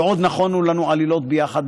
ועוד נכונו לנו עלילות ביחד,